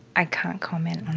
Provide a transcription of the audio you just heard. i can't comment on